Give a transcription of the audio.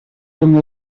una